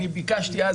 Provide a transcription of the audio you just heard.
אמרו לי אז: